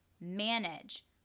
manage